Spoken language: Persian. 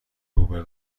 روبه